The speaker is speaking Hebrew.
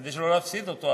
כדי שלא להפסיד אותו,